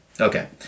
okay